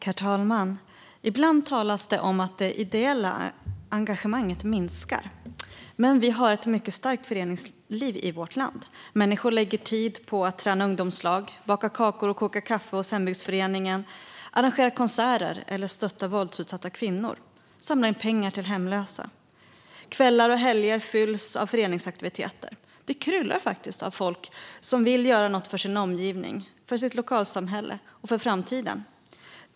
Herr talman! Ibland talas det om att det ideella engagemanget minskar. Men vi har ett mycket starkt föreningsliv i vårt land. Människor lägger tid på att träna ungdomslag, baka kakor och koka kaffe hos hembygdsföreningen, arrangera konserter, stötta våldsutsatta kvinnor och samla in pengar till hemlösa. Kvällar och helger fylls av föreningsaktiviteter. Det kryllar faktiskt av folk som vill göra något för sin omgivning, för sitt lokalsamhälle och för framtiden.